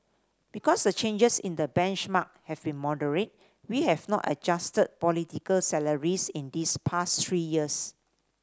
because the changes in the benchmark have been moderate we have not adjusted political salaries in these past three years